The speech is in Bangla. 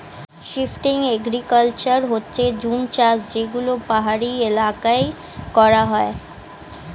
শিফটিং এগ্রিকালচার হচ্ছে জুম চাষ যেগুলো পাহাড়ি এলাকায় করা হয়